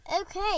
Okay